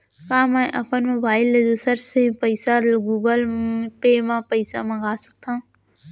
का मैं अपन मोबाइल ले दूसर ले पइसा गूगल पे म पइसा मंगा सकथव?